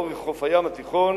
לאורך חוף הים התיכון,